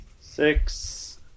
Six